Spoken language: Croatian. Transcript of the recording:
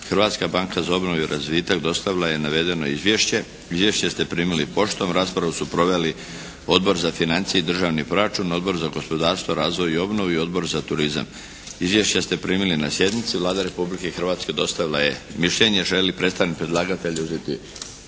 Hrvatska banka za obnovu i razvitak dostavila je navedeno Izvješće. Izvješće ste primili poštom. Raspravu su proveli Odbor za financije i državni proračun, Odbor za gospodarstvo, razvoj i obnovu i Od bor za turizam. Izvješća ste primili na sjednici. Vlada Republike Hrvatske dostavila je mišljenje. Želi li predstavnik predlagatelja uzeti